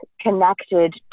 connected